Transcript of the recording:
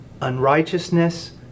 unrighteousness